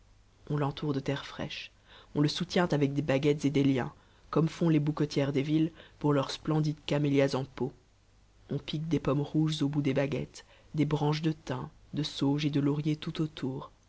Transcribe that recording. on l'entoure de terre fraîche on le soutient avec des baguettes et des liens comme font les bouquetières des villes pour leurs splendides camélias en pot on pique des pommes rouges au bout des baguettes des branches de thym de sauge et de laurier tout autour